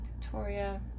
Victoria